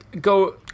Go